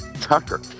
Tucker